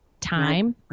time